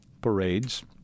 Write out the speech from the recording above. parades